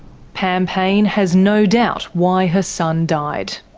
pam payne has no doubt why her son died.